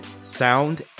sound